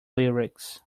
lyrics